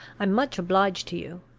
i'm much obliged to you.